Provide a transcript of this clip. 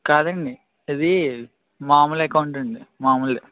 కాదండి ఇది మామూలు అకౌంట్ అండి మామూలే